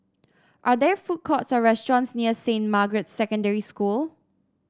are there food courts or restaurants near Saint Margaret's Secondary School